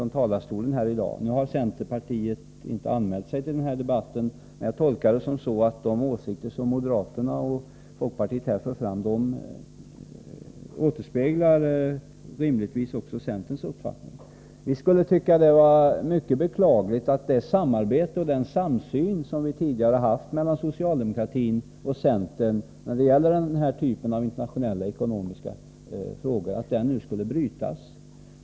Nu har visserligen centerpartiet inte anmält sig till denna debatt, men jag tolkar det så, att de åsikter som moderaterna och folkpartiet här för fram återspeglar också centerns uppfattning. Vi skulle tycka att det var mycket beklagligt om det samarbete och den samsyn som socialdemokraterna och centern tidigare haft när det gäller denna typ av internationella ekonomiska frågor nu skulle brytas.